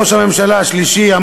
ראש הממשלה השלישי,